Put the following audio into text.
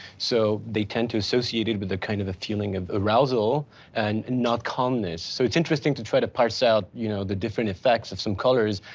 so they tend to associate it with a kind of a feeling of arousal and not calmness. so it's interesting to try to parse out, you know the different effects of some colors.